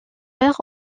père